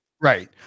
Right